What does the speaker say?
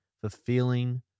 fulfilling